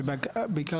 שבעיקר,